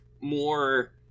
more